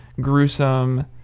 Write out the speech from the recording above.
gruesome